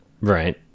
Right